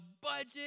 budget